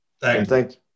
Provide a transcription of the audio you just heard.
Thanks